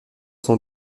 s’en